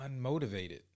unmotivated